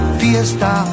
fiesta